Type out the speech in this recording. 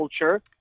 culture